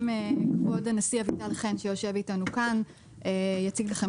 כבוד הנשיא אביטל חן שיושב איתנו כאן יציג לכם